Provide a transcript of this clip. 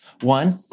One